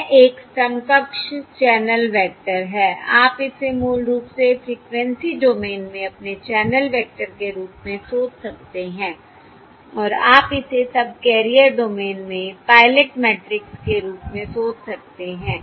यह एक समकक्ष चैनल वेक्टर है आप इसे मूल रूप से फ़्रीक्वेंसी डोमेन में अपने चैनल वेक्टर के रूप में सोच सकते हैं और आप इसे सबकैरियर डोमेन में पायलट मैट्रिक्स के रूप में सोच सकते हैं